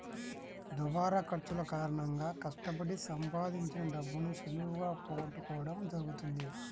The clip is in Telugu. దుబారా ఖర్చుల కారణంగా కష్టపడి సంపాదించిన డబ్బును సులువుగా పోగొట్టుకోడం జరుగుతది